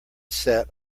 set